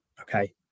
okay